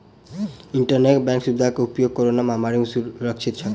internet bank सुविधा के उपयोग कोरोना महामारी में सुरक्षित छल